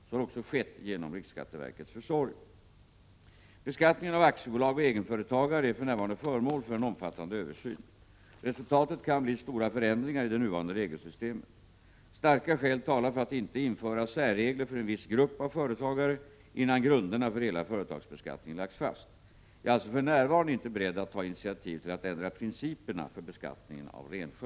Så har också skett genom riksskatteverkets försorg. Beskattningen av aktiebolag och egenföretagare är för närvarande föremål för en omfattande översyn. Resultatet kan bli stora förändringar i det nuvarande regelsystemet. Starka skäl talar för att inte införa särregler fören = Prot. 1987/88:43 viss grupp av företagare innan grunderna för hela företagsbeskattningen lagts 11 december 1987 fast. Jag är alltså för närvarande inte beredd att ta initiativ till att ändra